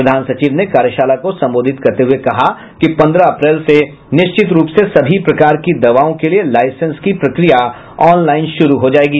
प्रधान सचिव ने कार्यशाला को संबोधित करते हुए कहा कि पन्द्रह अप्रैल से निश्चित रूप से सभी प्रकार की दवा के लिए लाईसेंस की प्रक्रिया ऑनलाईन शुरू हो जायेगी